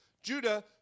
Judah